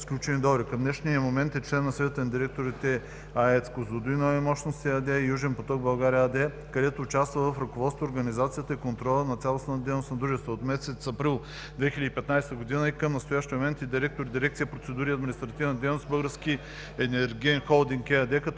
Към днешния момент е член на Съвета на директорите на: АЕЦ „Козлодуй Нови мощности“ ЕАД и „Южен поток“ АД в България, където участва в ръководството, организацията и контрола на цялостната дейност на дружеството. От месец април 2015 г. и към настоящия момент е директор дирекция „Процедури и административна дейност“ в „Български енергиен холдинг“ ЕАД, като